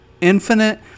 infinite